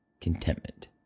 contentment